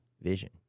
vision